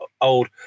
old